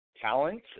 talent